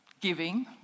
giving